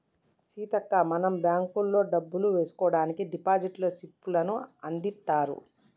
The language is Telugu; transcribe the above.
సీతక్క మనం బ్యాంకుల్లో డబ్బులు వేసుకోవడానికి డిపాజిట్ స్లిప్పులను అందిత్తారు